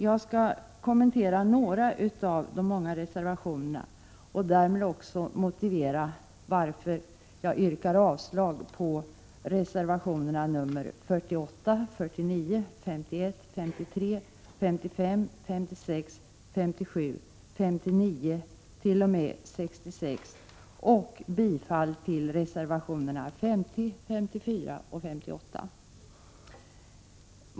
Jag skall kommentera några av de många reservationerna och därmed också motivera varför jag yrkar avslag på reservationerna nr 48, 49, 51, 53, 55, 56, 57 och 59—66 och bifall till reservationerna 50, 54 och 58.